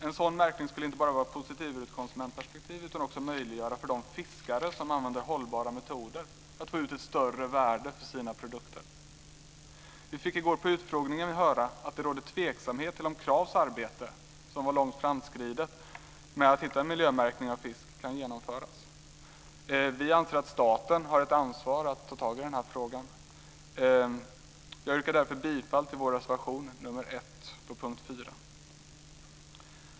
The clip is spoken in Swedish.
En sådan märkning skulle inte bara vara positiv i ett konsumentperspektiv utan också möjliggöra för de fiskare som använder hållbara metoder att få ut ett större värde för sina produkter. I går på utfrågningen fick vi höra att det råder tvekan kring om Kravs arbete, som var långt framskridet med att hitta en miljömärkning av fisk, kan genomföras. Vi anser att staten har ett ansvar att ta tag i frågan. Jag yrkar därför bifall till vår reservation här, nämligen reservation 1 under punkt 4.